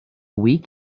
week